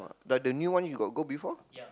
but the new one you got go before